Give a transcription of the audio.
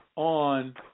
on